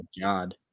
god